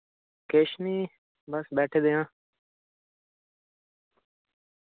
किश नी बस बैठे दे आं